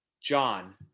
john